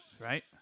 Right